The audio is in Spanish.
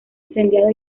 incendiado